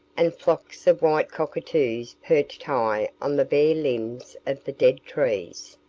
and flocks of white cockatoos, perched high on the bare limbs of the dead trees,